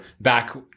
back